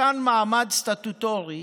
מתן מעמד סטטוטורי